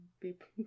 people